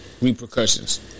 repercussions